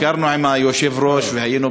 אנחנו ביקרנו עם היושב-ראש והיינו